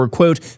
quote